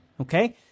okay